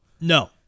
No